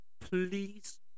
please